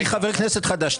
אני חבר כנסת חדש.